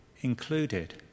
included